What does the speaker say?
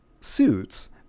suits